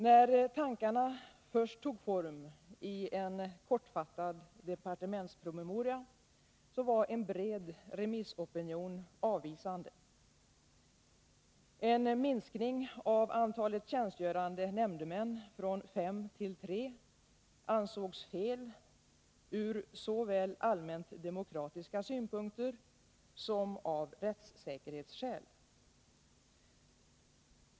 När tankarna först tog form i en kortfattad departementspromemoria var en bred remissopinion avvisande. Att minska antalet tjänstgörande nämndemän från fem till tre ansågs fel såväl ur allmänt demokratiska synpunkter som av rättssäkerhetsskäl.